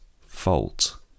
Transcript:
fault